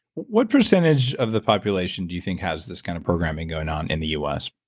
what percentage of the population do you think has this kind of programming going on in the u s?